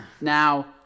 Now